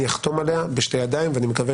אני אחתום עליה בשתי ידיים ואני מקווה